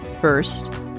First